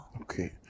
Okay